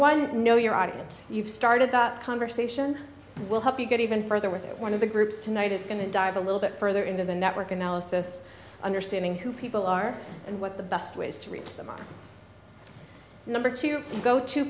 one know your audience you've started that conversation will help you get even further with one of the groups tonight is going to dive a little bit further into the network analysis understanding who people are and what the best ways to reach them are number two go to